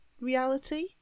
reality